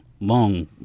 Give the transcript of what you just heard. long